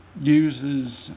uses